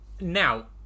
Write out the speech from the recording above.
Now